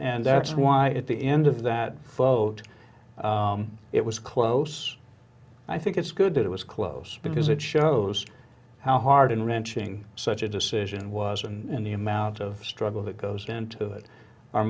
and that's why at the end of that vote it was close i think it's good that it was close because it shows how hard and wrenching such a decision was and the amount of struggle that goes into it